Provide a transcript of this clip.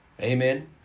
Amen